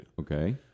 Okay